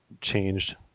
changed